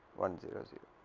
one zero zero